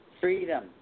Freedom